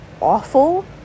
awful